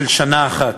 של שנה אחת.